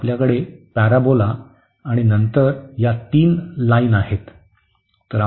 तर आपल्याकडे पॅरोबोला आणि नंतर या तीन लाईन आहेत